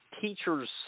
teachers